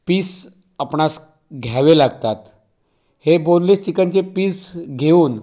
piece आपणास घ्यावे लागतात हे बोनलेस चिकनचे पीस घेऊन